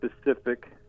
specific